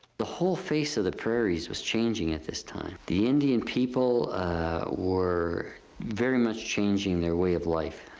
the whole face of the prairies was changing at this time. the indian people were very much changing their way of life.